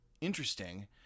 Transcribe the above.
interesting